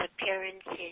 appearances